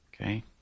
Okay